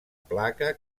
placa